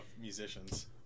musicians